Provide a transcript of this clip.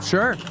Sure